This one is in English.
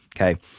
Okay